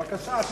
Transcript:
בבקשה.